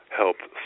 helped